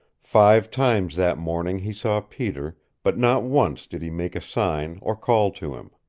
five times that morning he saw peter, but not once did he make a sign or call to him.